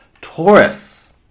Taurus